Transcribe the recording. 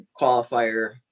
qualifier